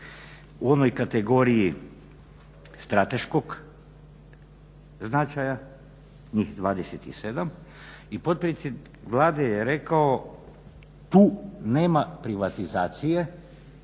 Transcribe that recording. u onoj kategoriji strateškog značaja njih 27 i potpredsjednik Vlade je rekao tu nema privatizacije,